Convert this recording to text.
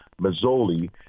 Mazzoli